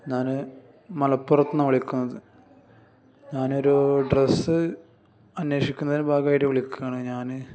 ഞാൻ മലപ്പുറത്ത് നിന്നാണ് വിളിക്കുന്നത് ഞാനൊരു ഡ്രസ്സ് അന്വേഷിക്കുന്നതിന് ഭാഗമായിട്ട് വിളിക്കുന്നതാണ് ഞാൻ